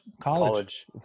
College